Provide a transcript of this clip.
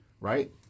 right